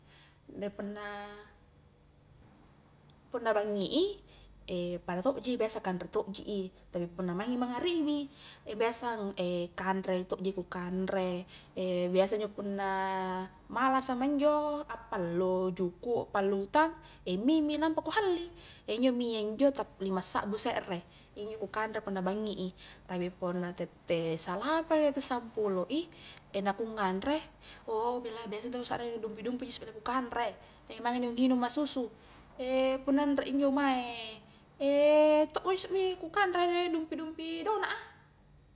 Punna punna bangngi i pada tokji biasa kanre tokji i, biasa kanre tokji i tapi punna maingi mangngaribi biasa kanre tokji ku kanre, biasa injo punna malasa ma injo appalu juku', appallu utang mie mi lampa ku halli injo mi a injo ta lima sakbu sekre iyanjo ku kanre punna bangngi i tapi punna tette salapang i tette sampulo i na ku nganre ouh bela biasa intu ku sakaring dumpi-dumpi ji maing injo nginung ma susu, punna anre injo mae ku kanre dumpi-dumpi dona'a.